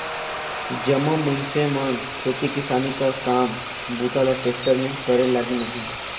जम्मो मइनसे मन खेती किसानी कर काम बूता ल टेक्टर मे करे लगिन अहे